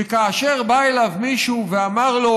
שכאשר בא אליו מישהו ואמר לו: